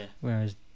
Whereas